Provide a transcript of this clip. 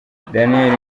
daniel